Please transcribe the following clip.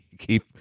Keep